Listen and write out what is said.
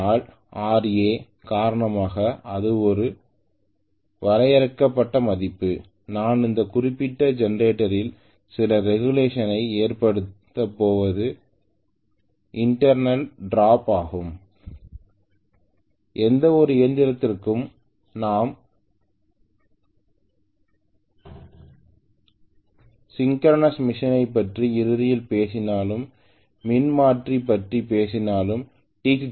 ஆனால் Ra காரணமாக இது ஒரு வரையறுக்கப்பட்ட மதிப்பு நான் இந்த குறிப்பிட்ட ஜெனரேட்டரில் சில ரெகுலேஷன் ஐ ஏற்படுத்தப் போவது இன்டர்ணல் டிராப் ஆகும் எந்தவொரு இயந்திரத்திற்கும் நாம் சிங்க்ரஅனஸ் மெஷின்பற்றி இறுதியில் பேசினாலும் மின்மாற்றி பற்றிப் பேசினாலும் டி